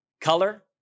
color